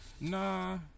nah